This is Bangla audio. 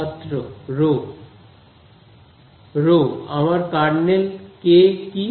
ছাত্র রো রো আমার কার্নেল কে কি